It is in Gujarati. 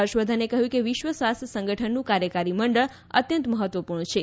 હર્ષવર્ધને કહ્યું કે વિશ્વ સ્વાસ્થ્ય સંગઠનનું કાર્યકારી મંડળ અત્યંત મહત્વપૂર્ણ છે